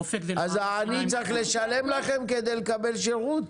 אז העני צריך לשלם לכם כדי לקבל שירות?